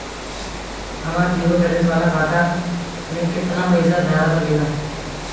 हमार zero balance वाला खतवा म केतना पईसा धरा सकेला?